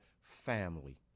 family